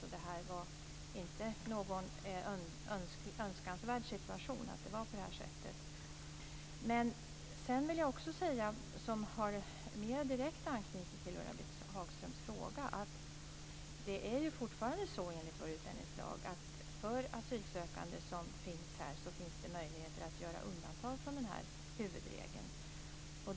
Detta var inte någon önskansvärd situation. Sedan vill jag också säga något som har mera direkt anknytning till Ulla-Britt Hagströms fråga. Enligt vår utlänningslag finns det fortfarande möjlighet att göra undantag från denna huvudregel för asylsökande som finns här.